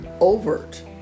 overt